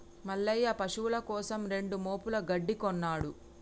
మల్లయ్య పశువుల కోసం రెండు మోపుల గడ్డి కొన్నడు